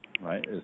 right